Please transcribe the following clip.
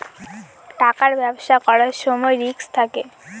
টাকার ব্যবসা করার সময় রিস্ক থাকে